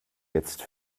jetzt